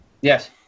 Yes